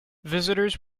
visitors